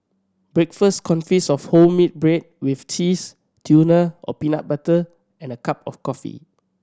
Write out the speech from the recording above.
breakfast consists of wholemeal bread with cheese tuna or peanut butter and a cup of coffee